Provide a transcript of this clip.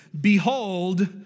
Behold